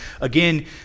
Again